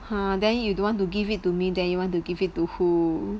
ha then you don't want to give it to me then you want to give it to who